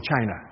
China